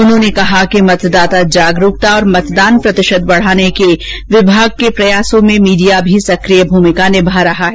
उन्होंने कहा कि मतदाता जागरूकता और मतदान प्रतिशत बढ़ाने के विभाग के प्रयासों में मीडिया की सक्रिय भूमिका निभा रहा है